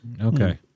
Okay